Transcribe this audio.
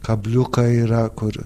kabliukai yra kur